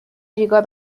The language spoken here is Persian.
ریگا